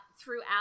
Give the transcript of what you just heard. throughout